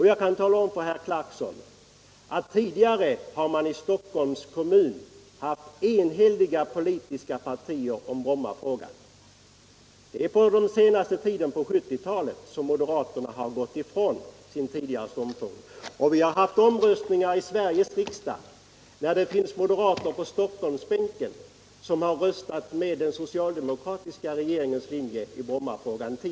Jag kan tala om för herr Clarkson att man i Stockholms kommun tidigare haft enhälliga politiska partier i Brommafrågan. Det är på den senaste tiden — på 1970-talet — som moderaterna har gått ifrån sin tidigare ståndpunkt. Vi har haft omröstningar i riksdagen tidigare där moderater på Stockholmsbänken röstat med den socialdemokratiska regeringens linje i Brommafrågan.